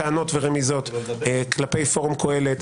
טענות ורמיזות כלפי פורום קהלת,